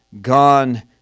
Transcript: gone